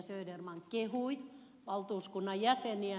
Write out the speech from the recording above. söderman kehui valtuuskunnan jäseniä